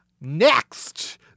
Next